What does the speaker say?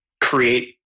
create